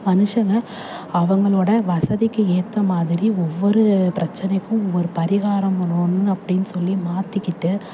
மனுஷங்க அவங்களோடய வசதிக்கு ஏற்ற மாதிரி ஒவ்வொரு பிரச்சனைக்கும் ஒவ்வொரு பரிகாரம் ஒன்று ஒன்று அப்படின்னு சொல்லி மாற்றிக்கிட்டு